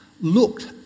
looked